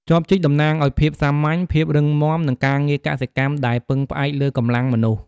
ចបជីកតំណាងឱ្យភាពសាមញ្ញ ភាពរឹងមាំ និងការងារកសិកម្មដែលពឹងផ្អែកលើកម្លាំងមនុស្ស។